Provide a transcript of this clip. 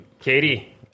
Katie